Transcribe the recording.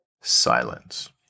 silence